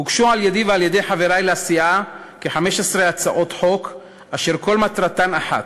הוגשו על-ידי ועל-ידי חברי לסיעה כ-15 הצעות חוק אשר מטרתן אחת,